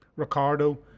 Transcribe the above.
Ricardo